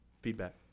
feedback